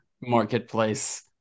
Marketplace